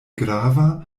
grava